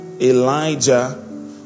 Elijah